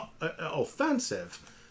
offensive